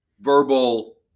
verbal